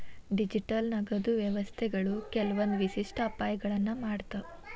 digital ನಗದು ವ್ಯವಸ್ಥೆಗಳು ಕೆಲ್ವಂದ್ ವಿಶಿಷ್ಟ ಅಪಾಯಗಳನ್ನ ಮಾಡ್ತಾವ